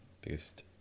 biggest